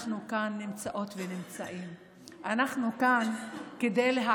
אנחנו נמצאות ונמצאים כאן.